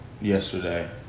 yesterday